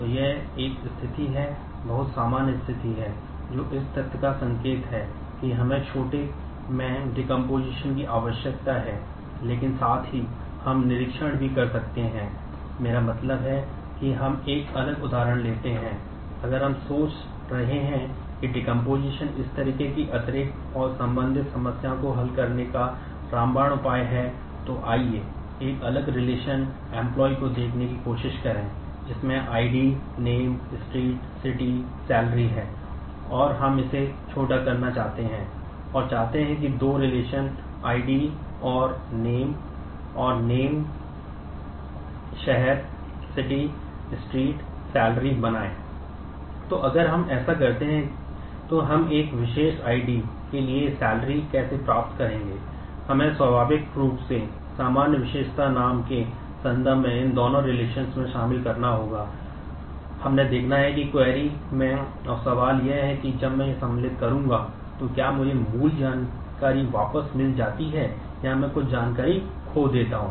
तो अगर हम ऐसा करते हैं तो हम एक विशेष आईडी में और सवाल यह है कि जब मैं यह सम्मिलित करता हूं तो क्या मुझे मूल जानकारी वापस मिल जाती है या मैं कुछ जानकारी खो देता हूं